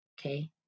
Okay